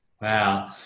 Wow